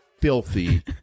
filthy